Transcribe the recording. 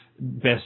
best